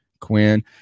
Quinn